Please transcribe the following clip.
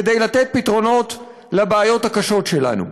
כדי לתת פתרונות לבעיות הקשות שלנו.